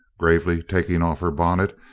gravely taking off her bonnet,